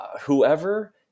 whoever